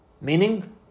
Meaning